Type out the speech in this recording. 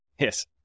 Yes